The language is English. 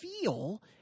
feel